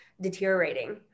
deteriorating